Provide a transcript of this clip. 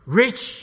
rich